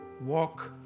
walk